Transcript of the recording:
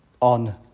on